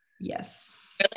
Yes